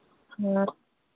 हाँ